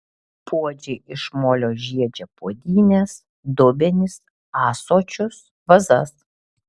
puodžiai iš molio žiedžia puodynes dubenis ąsočius vazas